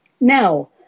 Now